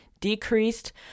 decreased